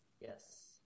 Yes